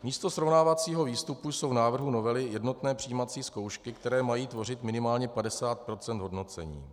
Místo srovnávacího výstupu jsou v návrhu novely jednotné přijímací zkoušky, které mají tvořit minimálně padesát procent hodnocení.